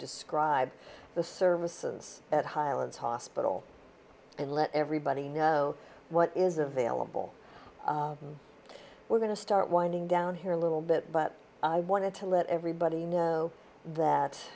describe the services at highland hospital and let everybody know what is available we're going to start winding down here a little bit but i wanted to let everybody know that